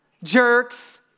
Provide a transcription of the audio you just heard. jerks